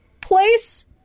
place